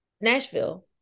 Nashville